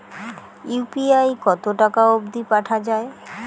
UPI কতো টাকা অব্দি পাঠা যায়?